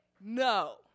no